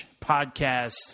Podcast